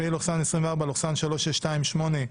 פ/3628/24,